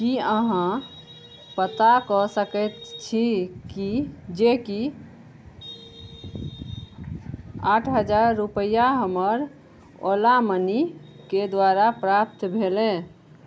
की अहाँ पता कऽ सकैत छी कि जे कि आठ हजार रुपैआ हमर ओला मनीके द्वारा प्राप्त भेलय